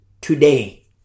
today